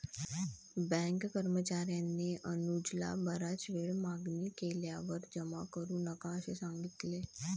bank कर्मचार्याने अनुजला बराच वेळ मागणी केल्यावर जमा करू नका असे सांगितले